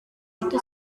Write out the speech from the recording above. itu